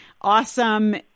awesome